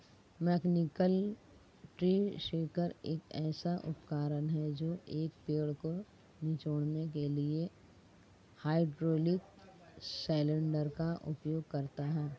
mechanical tree shaker एक ऐसा उपकरण है जो एक पेड़ को निचोड़ने के लिए हाइड्रोलिक सिलेंडर का उपयोग करता है